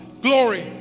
glory